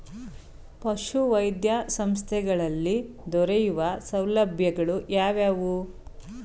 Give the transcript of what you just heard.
ಪಶುವೈದ್ಯ ಸಂಸ್ಥೆಗಳಲ್ಲಿ ದೊರೆಯುವ ಸೌಲಭ್ಯಗಳು ಯಾವುವು?